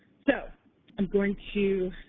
so i'm going to,